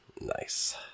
Nice